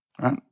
right